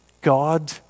God